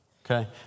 Okay